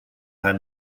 had